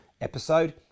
episode